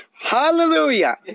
Hallelujah